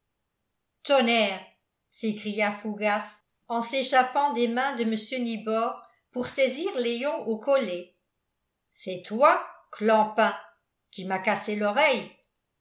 tonnerre s'écria fougas en s'échappant des mains de mr nibor pour saisir léon au collet c'est toi clampin qui m'as cassé l'oreille